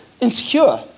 insecure